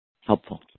helpful